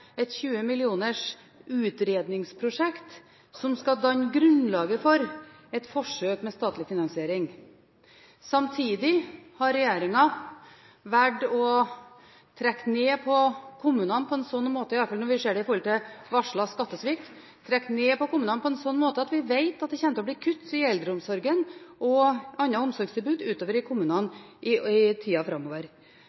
et tjuemillioners utredningsprosjekt, som skal danne grunnlaget for et forsøk med statlig finansering. Samtidig har regjeringen valgt nedtrekk for kommunene på en slik måte – iallfall når vi ser det i forhold til varslet skattesvikt – at vi vet at det kommer til å bli kutt i eldreomsorgen og i andre omsorgstilbud ute i kommunene